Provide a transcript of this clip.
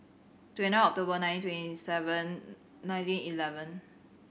twenty of the one nine twenty seven nineteen eleven